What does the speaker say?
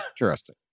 Interesting